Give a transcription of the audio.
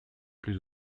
plus